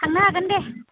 थांनो हागोन दे